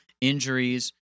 injuries